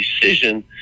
decision